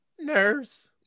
Nurse